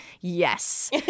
yes